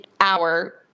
hour